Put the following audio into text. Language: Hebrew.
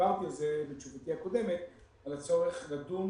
ודיברתי על זה בתשובתי הקודמת, על הצורך לדון